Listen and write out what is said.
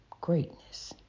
greatness